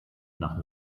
nach